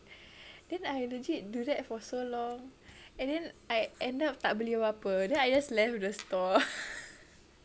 then I legit do that for so long and then I end up tak beli apa-apa then I just left the store